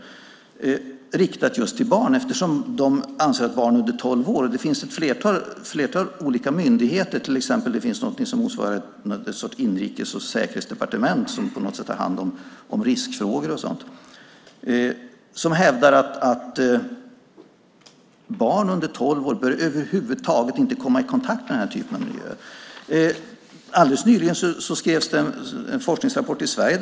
Man inriktar sig på barn eftersom man anser att barn under tolv år - det finns ett flertal olika myndigheter, till exempel en myndighet som motsvarar en sorts inrikes och säkerhetsdepartement som på något sätt tar hand om riskfrågor och sådant - över huvud taget inte bör komma i kontakt med den här typen av miljö. Alldeles nyligen skrevs det en forskningsrapport i Sverige.